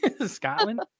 Scotland